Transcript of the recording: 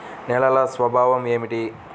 నేలల స్వభావం ఏమిటీ?